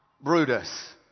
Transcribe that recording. Brutus